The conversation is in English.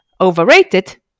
Overrated